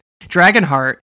Dragonheart